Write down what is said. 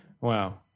wow